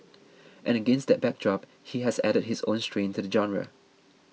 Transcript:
and against that backdrop he has added his own strain to the genre